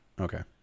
Okay